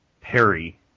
Perry